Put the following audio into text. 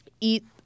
Eat